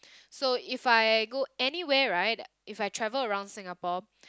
so if I go anywhere right if I travel around Singapore